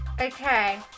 Okay